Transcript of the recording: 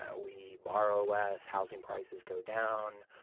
ah we borrow less. housing prices go down.